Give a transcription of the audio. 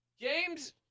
James